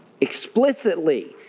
Explicitly